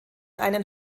einen